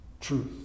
truth